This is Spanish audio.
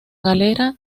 galera